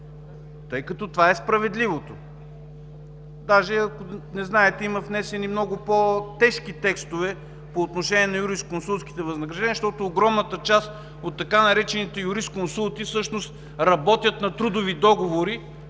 тъй като това е справедливото. Даже, ако не знаете, има внесени много по-тежки текстове по отношение на юрисконсултските възнаграждения, защото огромна част от така наречените „юристконсулти“ всъщност работят на трудови договори